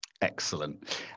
Excellent